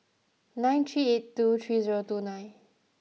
nine three eight two three zero two nine